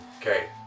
Okay